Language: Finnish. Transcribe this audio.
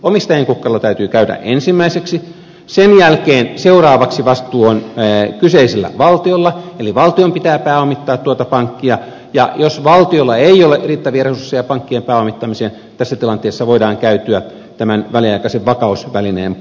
omistajien kukkaroilla täytyy käydä ensimmäiseksi seuraavaksi vastuu on kyseisellä valtiolla eli valtion pitää pääomittaa tuota pankkia ja jos valtiolla ei ole riittäviä resursseja pankkien pääomittamiseen tässä tilanteessa voidaan kääntyä tämän väliaikaisen vakausvälineen puoleen